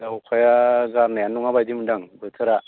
अखाया गारनायानो नङा बादि मोनदां बोथोरा